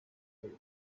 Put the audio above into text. away